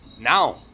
Now